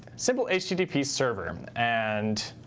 simple http server. and